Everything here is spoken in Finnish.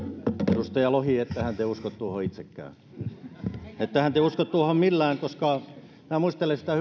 edustaja lohi ettehän te usko tuohon itsekään ettehän te usko tuohon millään koska minä muistelen sitä